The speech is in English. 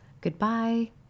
goodbye